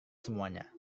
semuanya